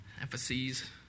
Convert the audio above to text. emphases